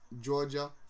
Georgia